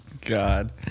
god